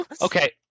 Okay